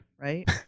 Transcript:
right